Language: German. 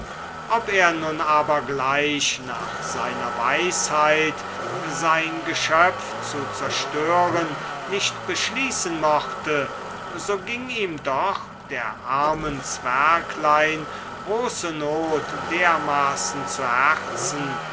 ob er nun aber gleich nach seiner weisheit sein geschöpf zu zerstören nicht beschließen mochte so ging ihm doch der armen zwerglein große not dermaßen zu herzen